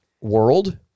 world